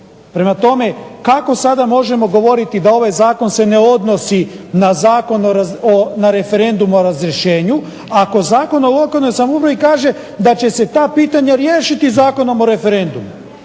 Prema tome, kako sada možemo govoriti da se ovaj Zakon ne odnosi na referendum o razrješenju ako Zakon o lokalnoj samoupravi kaže da će se ta pitanja riješiti Zakonom o referendumu.